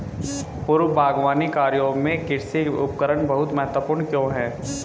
पूर्व बागवानी कार्यों में कृषि उपकरण बहुत महत्वपूर्ण क्यों है?